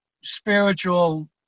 spiritual